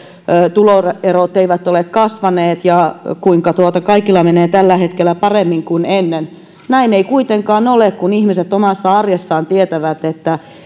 tuloerot eivät ole kasvaneet ja kuinka kaikilla menee tällä hetkellä paremmin kuin ennen näin ei kuitenkaan ole kun ihmiset omassa arjessaan tietävät että